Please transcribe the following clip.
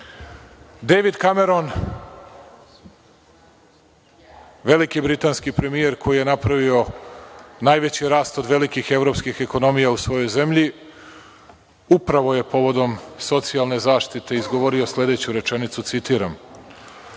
Dejvid Kameron, veliki britanski premijer koji je napravio najveći rast od velikih evropskih ekonomija u svojoj zemlji upravo je povodom socijalne zaštite izgovorio sledeću rečenicu, citiram…Ja